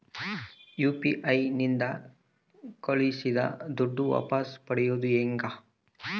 UPI ನಿಂದ ಕಳುಹಿಸಿದ ದುಡ್ಡು ವಾಪಸ್ ಪಡೆಯೋದು ಹೆಂಗ?